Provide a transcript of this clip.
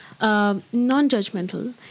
non-judgmental